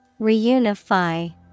Reunify